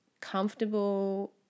comfortable